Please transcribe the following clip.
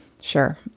Sure